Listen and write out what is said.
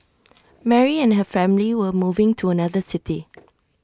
Mary and her family were moving to another city